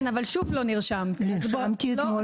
נרשמתי אתמול.